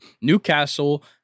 Newcastle